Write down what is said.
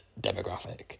demographic